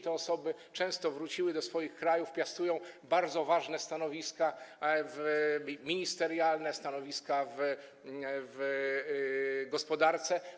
Te osoby często wróciły do swoich krajów i dzisiaj piastują bardzo ważne stanowiska ministerialne, stanowiska w gospodarce.